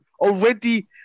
already